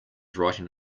writing